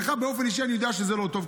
לך באופן אישי אני יודע שזה לא טוב,